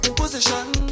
position